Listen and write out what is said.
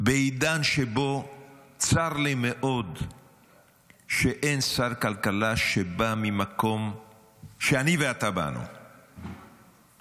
בעידן שבו צר לי מאוד שאין שר כלכלה שבא ממקום שאני ואתה באנו ממנו,